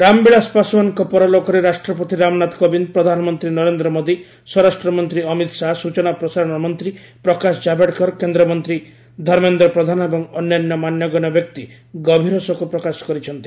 ରାମବିଳାସ ପାଶ୍ୱାନଙ୍କ ପରଲୋକରେ ରାଷ୍ଟ୍ରପତି ରାମନାଥ କୋବିନ୍ଦ ପ୍ରଧାନମନ୍ତ୍ରୀ ନରେନ୍ଦ୍ର ମୋଦୀ ସ୍ୱରାଷ୍ଟ୍ରମନ୍ତ୍ରୀ ଅମିତ୍ ଶାହା ସୂଚନା ଓ ପ୍ରସାରଣ ମନ୍ତ୍ରୀ ପ୍ରକାଶ ଜାବ୍ଡେକର୍ କେନ୍ଦ୍ରମନ୍ତ୍ର ଧର୍ମେନ୍ଦ୍ର ପ୍ରଧାନ ଏବଂ ଅନ୍ୟାନ୍ୟ ମାନ୍ୟଗଣ୍ୟ ବ୍ୟକ୍ତି ଗଭୀର ଶୋକ ପ୍ରକାଶ କରିଛନ୍ତି